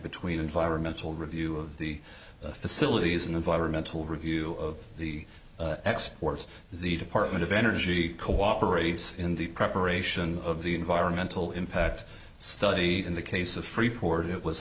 between environmental review of the facilities and environmental review of the exports the department of energy cooperates in the preparation of the environmental impact study in the case of freeport it was